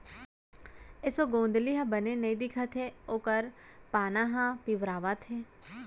एसों गोंदली ह बने नइ दिखत हे ओकर पाना ह पिंवरावत हे